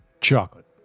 Chocolate